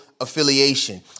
affiliation